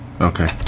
Okay